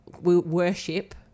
worship